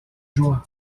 joie